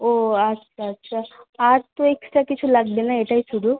ও আচ্ছা আচ্ছা আর তো এক্সট্রা কিছু লাগবে না এটাই শুধু